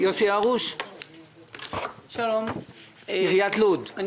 יוסי הרוש מעיריית לוד, בבקשה.